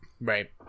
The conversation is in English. Right